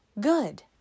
good